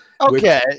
Okay